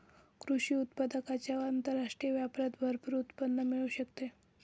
कृषी उत्पादकांच्या आंतरराष्ट्रीय व्यापारात भरपूर उत्पन्न मिळू शकते